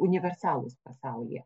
universalūs pasaulyje